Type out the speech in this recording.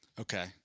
Okay